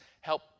help